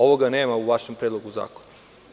Ovoga nema u vašem Predlogu zakona.